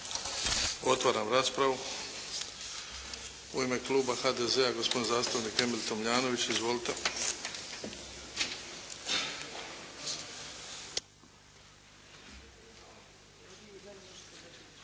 Otvaram raspravu. U ime kluba HDZ-a gospodin Emil Tomljanović.